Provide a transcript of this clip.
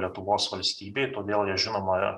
lietuvos valstybei todėl jie žinoma